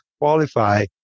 qualify